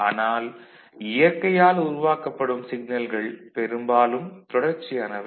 ஆனால் இயற்கையால் உருவாக்கப்படும் சிக்னல்கள் பெரும்பாலும் தொடர்ச்சியானவை